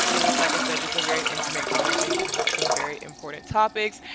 it was, like i said, just a very intimate conversation about some very important topics.